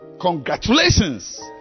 Congratulations